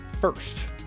first